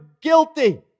guilty